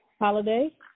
holiday